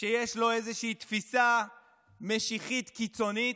שיש לו איזושהי תפיסה משיחית קיצונית,